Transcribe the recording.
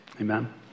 Amen